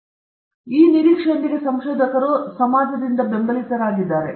ಆದ್ದರಿಂದ ಆ ನಿರೀಕ್ಷೆಯೊಂದಿಗೆ ಸಂಶೋಧಕರು ಸಮಾಜದಿಂದ ಬೆಂಬಲಿತರಾಗಿದ್ದಾರೆ